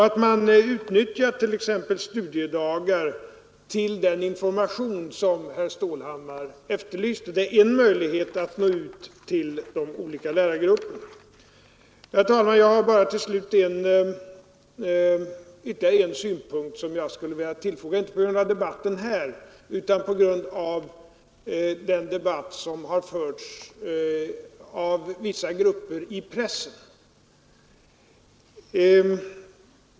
Att man t.ex. utnyttjar studiedagar till den information som herr Stålhammar efterlyste är en möjlighet att nå ut till de olika lärargrupperna. Herr talman! Jag skulle till slut vilja tillfoga ytterligare en synpunkt, inte på grund av debatten här utan på grund av den debatt som har förts av vissa grupper i pressen.